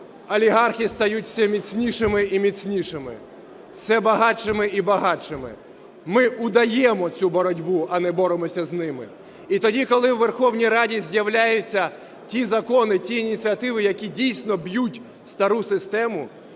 олігархи стають все міцнішими і міцнішими, все багатшими і багатшими. Ми удаємо цю боротьбу, а не боремося з ними. І тоді, коли у Верховній Раді з'являються ті закони, ті ініціативи, які дійсно б'ють стару систему,